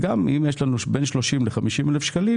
גם אם יש לנו בין 30 ל-50 אלף שקלים,